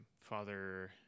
Father